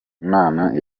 imana